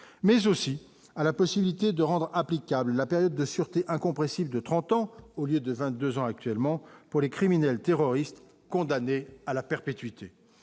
mais aussi à la possibilité de rendre applicable la période de sûreté incompressible de 30 ans au lieu de 22 ans actuellement pour les criminels terroristes condamnés à la perpétuité